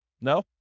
No